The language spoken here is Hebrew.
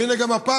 והינה גם הפעם,